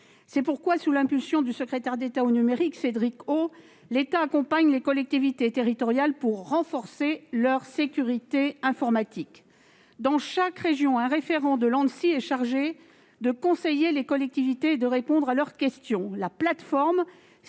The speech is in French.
et des communications électroniques, Cédric O, l'État accompagne les collectivités territoriales pour renforcer leur sécurité informatique. Dans chaque région, un référent de l'Anssi est chargé de conseiller les collectivités et de répondre à leurs questions.